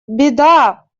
беда